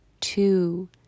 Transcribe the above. two